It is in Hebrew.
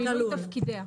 במשפט.